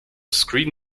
screen